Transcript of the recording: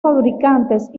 fabricantes